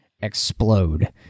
explode